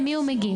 למי הוא מגיש?